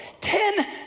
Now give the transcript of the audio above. Ten